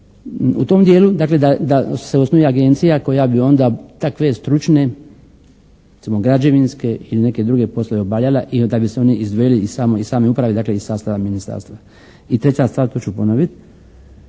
u tom dijelu, dakle da se osnuje agencija koja bi onda takve stručne recimo građevinske ili neke druge poslove obavljala i da bi se oni izdvojili iz same uprave, dakle iz sastava ministarstva. I treća stvar, to ću ponoviti